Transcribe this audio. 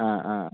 ആ ആ